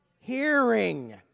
hearing